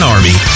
Army